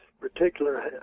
particular